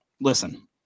listen